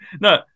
no